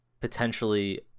potentially